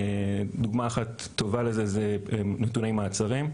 דוגמא אחת טובה לזה זה נתוני מעצרים.